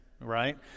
Right